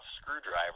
screwdriver